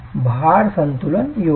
भार संतुलन योग्य आहे